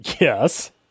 Yes